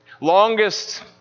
longest